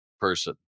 person